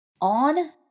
on